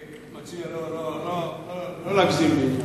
חבר הכנסת כץ, אני מציע לא להגזים.